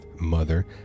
mother